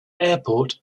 airport